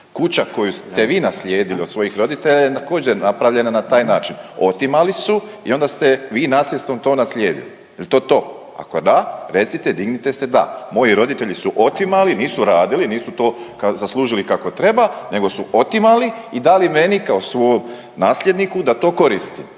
Kuća koju ste vi naslijedili od svojih roditelja je također napravljena na taj način, otimali su i onda ste vi nasljedstvom to naslijedili. Jel to to? Ako da recite dignite se da, moji roditelji su otimali, nisu radili, nisu to zaslužili kako treba nego su otimali i dali meni kao svom nasljedniku da to koristim.